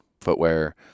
footwear